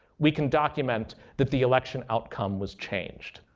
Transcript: we can document that the election outcome was changed.